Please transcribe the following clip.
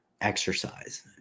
exercise